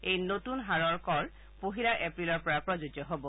এই নতন হাৰৰ কৰ পহিলা এপ্ৰিলৰ পৰা প্ৰযোজ্য হব